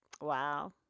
Wow